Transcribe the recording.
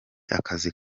akazi